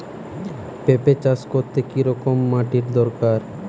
পেঁপে চাষ করতে কি রকম মাটির দরকার?